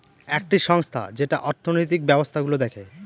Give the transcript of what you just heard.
একটি সংস্থা যেটা অর্থনৈতিক ব্যবস্থা গুলো দেখে